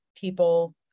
people